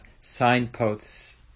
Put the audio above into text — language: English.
signposts